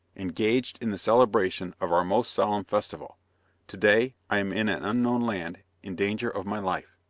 engaged in the celebration of our most solemn festival to-day, i am in an unknown land, in danger of my life.